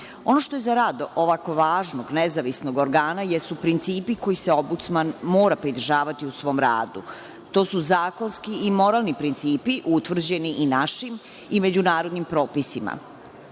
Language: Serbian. što je za rad, ovako važnog nezavisnog organa, jesu principi kojih se ombudsman mora pridržavati u svom radu. To su zakonski i moralni principi utvrđeni i našim i međunarodnim propisima,